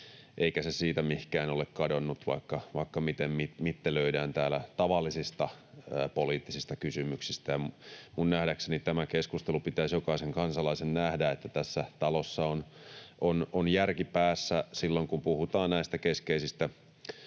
eikä se siitä mihinkään ole kadonnut, vaikka miten mittelöidään täällä tavallisista poliittisista kysymyksistä. Nähdäkseni tämä keskustelu pitäisi jokaisen kansalaisen nähdä, että tässä talossa on järki päässä silloin, kun puhutaan näistä keskeisistä